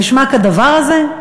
הנשמע כדבר הזה?